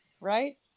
right